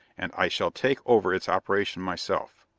and i shall take over its operation myself.